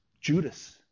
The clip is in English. Judas